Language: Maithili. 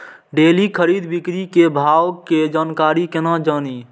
डेली खरीद बिक्री के भाव के जानकारी केना जानी?